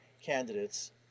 candidates